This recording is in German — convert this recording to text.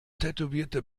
tätowierte